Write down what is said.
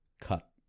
cut